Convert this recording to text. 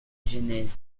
genèse